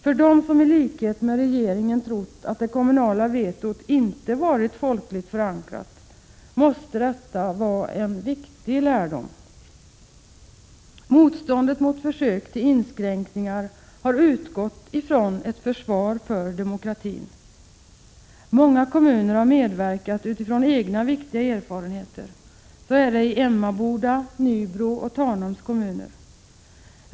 För dem som i likhet med regeringen trott att mk det kommunala vetot inte varit folkligt förankrat måste detta vara en viktig lärdom. Motståndet mot försök till inskränkningar har utgått ifrån ett försvar för demokratin. Många kommuner har medverkat utifrån egna viktiga erfarenheter, som i Emmaboda, Nybro och Tanums kommuner.